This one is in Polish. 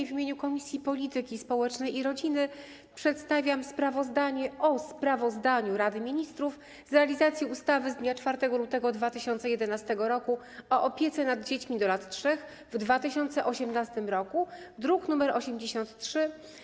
W imieniu Komisji Polityki Społecznej i Rodziny przedstawiam sprawozdanie o sprawozdaniu Rady Ministrów z realizacji ustawy z dnia 4 lutego 2011 r. o opiece nad dziećmi w wieku do lat 3 w 2018 r., druk nr 83.